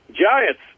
Giants